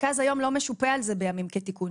מרכז היום לא משופה על זה בימים כתיקונם.